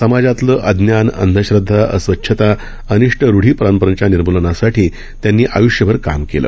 समाजातील अज्ञान अंधश्रद्धा अस्वच्छता अनिष्ठ रुढी परंपरांच्या निर्मुलनासाठी त्यांनी आय्ष्यभर काम केलं